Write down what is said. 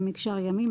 מקשר ימי,